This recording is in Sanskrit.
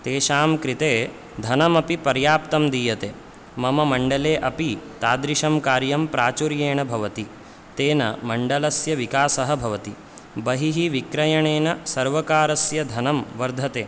तेषां कृते धनमपि पर्याप्तं दीयते मम मण्डले अपि तादृशं कार्यं प्राचुर्येण भवति तेन मण्डलस्य विकासः भवति बहिः विक्रयणेन सर्वकारस्य धनं वर्धते